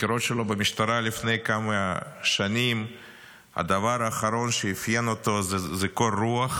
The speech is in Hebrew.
במשטרה לפני כמה שנים הדבר האחרון שאפיין אותו זה קור רוח,